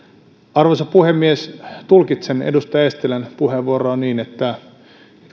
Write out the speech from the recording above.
arvoisa puhemies tulkitsen edustaja eestilän puheenvuoroa niin että